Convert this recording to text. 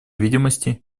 видимости